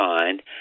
find